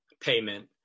payment